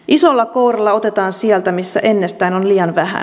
isolla kouralla otetaan sieltä missä ennestään on liian vähän